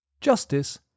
justice